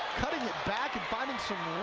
cutting it back, and finding some